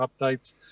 updates